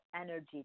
energy